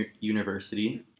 University